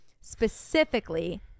Specifically